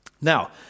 Now